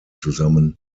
zusammen